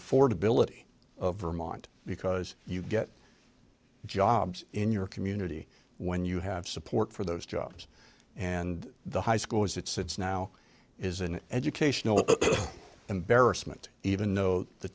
affordability of vermont because you get jobs in your community when you have support for those jobs and the high school as it sits now is an educational embarrassment even